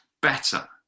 better